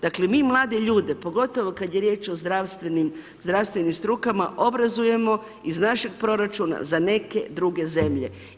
Dakle mi mlade ljude, pogotovo kad je riječ o zdravstvenim strukama, obrazujemo iz našeg proračuna za neke druge zemlje.